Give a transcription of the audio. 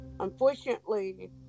Unfortunately